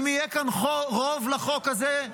אם יהיה כאן רוב לחוק הזה,